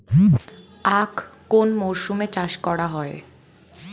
আখ কোন মরশুমে চাষ করা হয়?